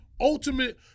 ultimate